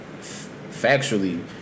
factually